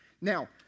Now